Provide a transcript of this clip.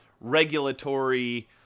regulatory